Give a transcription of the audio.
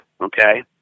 okay